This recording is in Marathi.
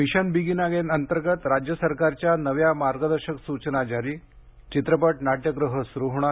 मिशनबिगिन अगेन अंतर्गत राज्य सरकारच्या नव्या मार्गदर्शक सुचना जारी चित्रपटगृह नाट्यगृह सुरू होणार